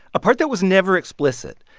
a part that was never explicit.